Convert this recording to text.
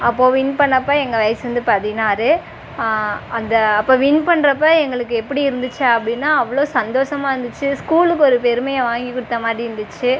அப்போ வின் பண்ணப்போ எங்கள் வயது வந்து பதினாறு அந்த அப்போ வின் பண்றப்போ எங்களுக்கு எப்படி இருந்துச்சுசி அப்படின்னா அவ்வளோ சந்தோஷமா இருந்துச்சு ஸ்கூலுக்கு ஒரு பெருமையை வாங்கிக் கொடுத்த மாதிரி இருந்துச்சு